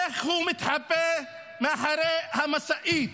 איך הוא מתחבא מאחורי המשאית.